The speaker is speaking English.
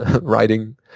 writing